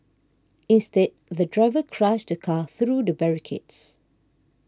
instead the driver crashed the car through the barricades